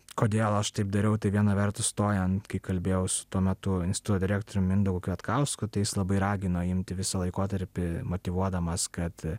kodėl aš taip dariau tai viena vertus stojant kai kalbėjau su tuo metu instituto direktorium mindaugu kvietkausku tais labai ragino imti visą laikotarpį motyvuodamas kad